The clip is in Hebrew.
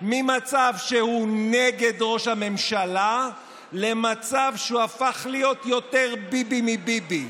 ממצב שהוא נגד ראש הממשלה למצב שהוא הפך להיות יותר ביבי מביבי.